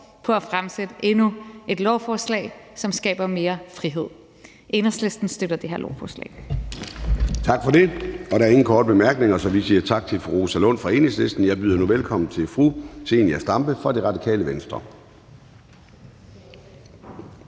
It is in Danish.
10 år på endnu et lovforslag, som skaber mere frihed. Enhedslisten støtter det her lovforslag. Kl. 09:21 Formanden (Søren Gade): Tak for det. Der er ingen korte bemærkninger, så vi siger tak til fru Rosa Lund fra Enhedslisten. Jeg byder nu velkommen til fru Zenia Stampe fra Radikale Venstre. Kl.